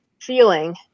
feeling